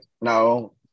no